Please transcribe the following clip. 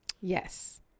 Yes